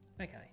Okay